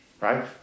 right